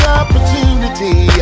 opportunity